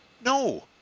no